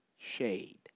shade